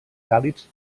càlids